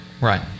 Right